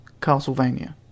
Castlevania